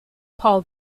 paul